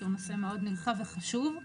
שהוא נושא מאוד נרחב וחשוב,